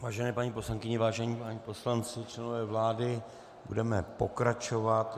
Vážené paní poslankyně, vážení páni poslanci, členové vlády, budeme pokračovat.